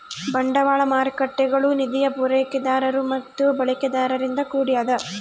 ಬಂಡವಾಳ ಮಾರ್ಕೇಟ್ಗುಳು ನಿಧಿಯ ಪೂರೈಕೆದಾರರು ಮತ್ತು ಬಳಕೆದಾರರಿಂದ ಕೂಡ್ಯದ